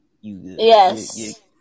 Yes